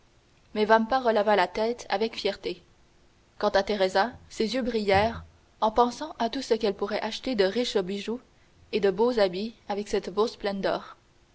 mais vampa releva la tête avec fierté quant à teresa ses yeux brillèrent en pensant à tout ce qu'elle pourrait acheter de riches bijoux et beaux habits avec cette bourse pleine d'or